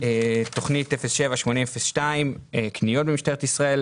תוכנית 078002 קניות במשטרת ישראל